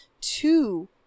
two